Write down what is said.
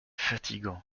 fatigant